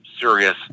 serious